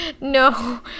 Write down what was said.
No